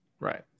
Right